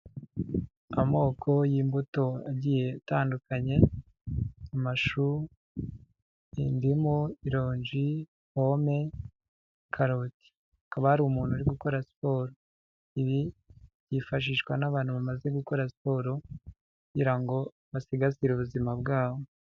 Amoko y'imbuto agiye atandukanye, amashu, indimu, ironji, pome, karoti, hakaba hari umuntu uri gukora siporo, ibi byifashishwa n'abantu bamaze gukora siporo kugira ngo basigasire ubuzima bwabo.